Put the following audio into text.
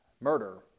murder